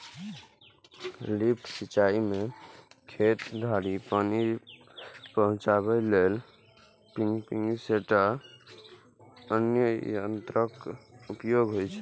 lift सिंचाइ मे खेत धरि पानि पहुंचाबै लेल पंपिंग सेट आ अन्य यंत्रक उपयोग होइ छै